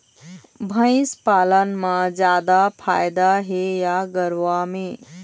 भंइस पालन म जादा फायदा हे या गरवा में?